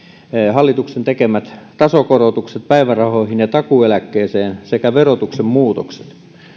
hallituksen tekemät tasokorotukset päivärahoihin ja takuueläkkeeseen sekä verotuksen muutokset myös